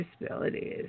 disabilities